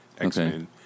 X-Men